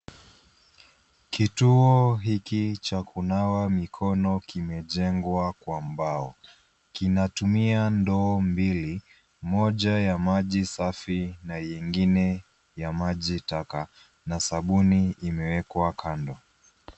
Kituo hiki cha kunawa mikono imejengwa kwa mbao. Kinatumia ndoo mbili, moja ya maji safi na ingine ya maji taka na sabuni imewekwa kando.